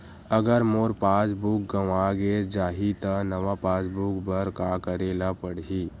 अगर मोर passbook गवां जाहि त नवा पास बुक बर का करे ल पड़हि?